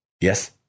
yes